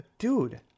Dude